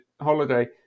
Holiday